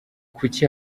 kuki